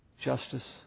Justice